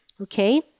okay